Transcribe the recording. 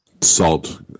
salt